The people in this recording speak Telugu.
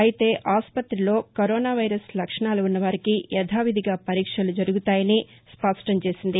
అయితే ఆస్పతిలో కరోనా వైరస్ లక్షణాలు ఉన్నవారికి యధావిధిగా పరీక్షలు జరుగుతాయని స్పష్ణం చేసింది